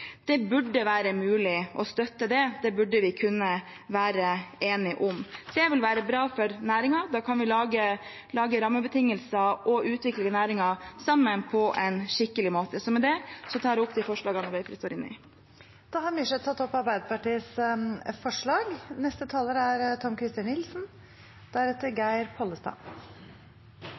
Det burde være mulig å støtte det – det burde vi kunne være enige om. Det ville være bra for næringen – da kan vi lage rammebetingelser og utvikle næringen sammen på en skikkelig måte. Med det tar jeg opp forslaget fra Arbeiderpartiet og Senterpartiet. Representanten Cecilie Myrseth har tatt opp